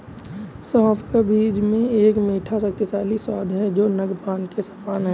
सौंफ का बीज में एक मीठा, शक्तिशाली स्वाद है जो नद्यपान के समान है